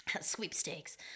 sweepstakes